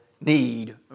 need